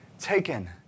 taken